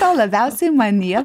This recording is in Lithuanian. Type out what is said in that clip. tau labiausiai manyje